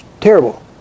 Terrible